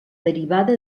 derivada